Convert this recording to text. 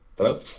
Hello